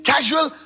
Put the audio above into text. Casual